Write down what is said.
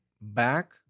back